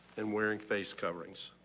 and wearing face coverings.